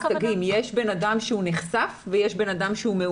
יש בן אדם שנחשף ויש בן אדם שהוא מאומת.